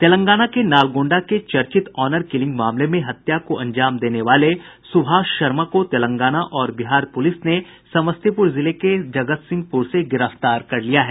तेलंगाना के नालगोंडा के चर्चित ऑनर किलिंग मामले में हत्या को अंजाम देने वाले सुभाष शर्मा को तेलंगाना और बिहार पुलिस ने समस्तीपुर जिले के जगतसिंहपुर से गिरफ्तार कर लिया है